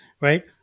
right